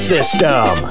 System